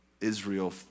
Israel